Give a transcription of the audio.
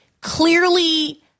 clearly